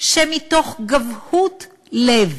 שמתוך גבהות לב,